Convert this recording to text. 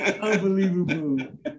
Unbelievable